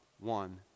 one